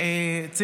כפרה עליך, וואו.